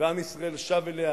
ועם ישראל שב אליה,